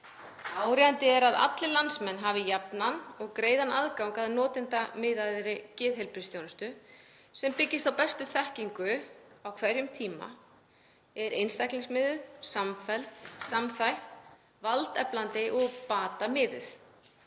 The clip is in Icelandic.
„Áríðandi er að allir landsmenn hafi jafnan og greiðan aðgang að notendamiðaðri geðheilbrigðisþjónustu sem byggist á bestu þekkingu á hverjum tíma, er einstaklingsmiðuð, samfelld, samþætt, valdeflandi og batamiðuð.